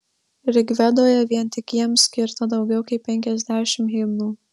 rigvedoje vien tik jiems skirta daugiau kaip penkiasdešimt himnų